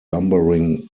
lumbering